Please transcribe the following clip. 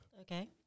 Okay